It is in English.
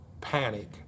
panic